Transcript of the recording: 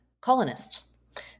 colonists